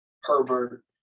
Herbert